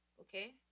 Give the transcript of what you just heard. Okay